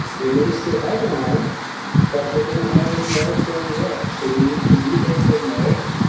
they may still have an arm but they don't have any nerves going there, so we need to relocate nerves.